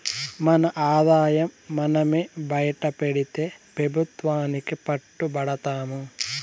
మన ఆదాయం మనమే బైటపెడితే పెబుత్వానికి పట్టు బడతాము